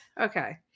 Okay